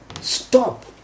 stop